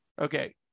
Okay